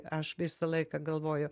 aš visą laiką galvoju